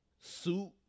Suit